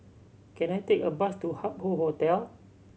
can I take a bus to Hup Hoe Hotel